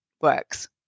works